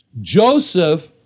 Joseph